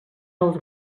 els